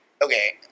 Okay